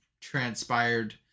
transpired